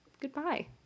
goodbye